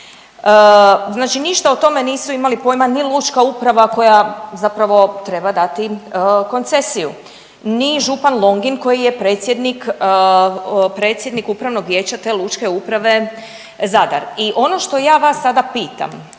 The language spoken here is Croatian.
znači ništa o tome nisu imali pojma ni lučka uprava koja zapravo treba dati koncesiju, ni župan Longin koji je predsjednik, predsjednik upravnog vijeća te Lučke uprave Zadar. I ono što ja vas sada pitam